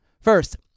first